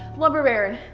lumber baron,